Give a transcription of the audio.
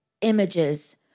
images